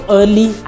early